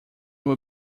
will